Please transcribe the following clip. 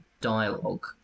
dialogue